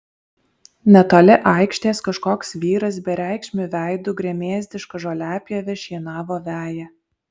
netoli aikštės kažkoks vyras bereikšmiu veidu gremėzdiška žoliapjove šienavo veją